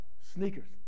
sneakers